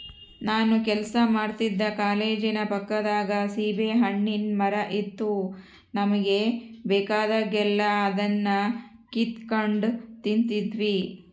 ನಾನು ಕೆಲಸ ಮಾಡ್ತಿದ್ದ ಕಾಲೇಜಿನ ಪಕ್ಕದಾಗ ಸೀಬೆಹಣ್ಣಿನ್ ಮರ ಇತ್ತು ನಮುಗೆ ಬೇಕಾದಾಗೆಲ್ಲ ಅದುನ್ನ ಕಿತಿಗೆಂಡ್ ತಿಂತಿದ್ವಿ